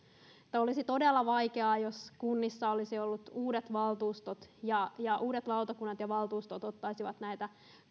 että olisi todella vaikeaa jos kunnissa olisi ollut uudet valtuustot ja ja uudet lautakunnat ja valtuustot ottaisivat näitä